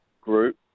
group